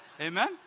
Amen